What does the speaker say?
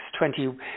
20